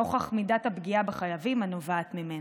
נוכח מידת הפגיעה בחייבים הנובעת ממנה.